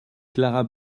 clara